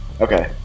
Okay